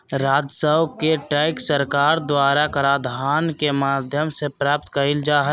राजस्व के टैक्स सरकार द्वारा कराधान के माध्यम से प्राप्त कइल जा हइ